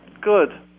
Good